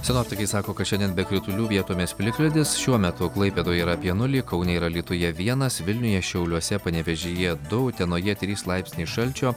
sinoptikai sako kad šiandien be kritulių vietomis plikledis šiuo metu klaipėdoj yra apie nulį kaune ir alytuje vienas vilniuje šiauliuose panevėžyje du utenoje trys laipsniai šalčio